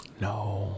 No